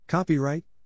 Copyright